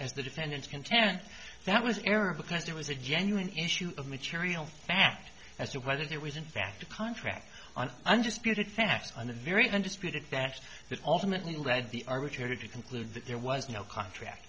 as the defendants contend that was an error because there was a genuine issue of material fact as to whether there was in fact a contract on undisputed facts on the very undisputed that that ultimately led the our richard to conclude that there was no contract